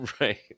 Right